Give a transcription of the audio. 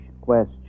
question